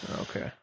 okay